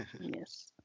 Yes